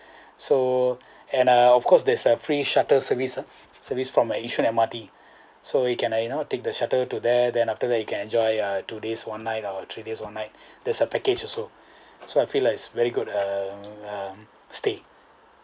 so and uh of course there's a free shuttle service ah service from a Yishun M_R_T so you can you know take the shuttle to there then after that you can enjoy uh two days one night or three days one night there's a package also so I feel like is very good um um stay